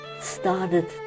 started